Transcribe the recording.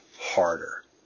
harder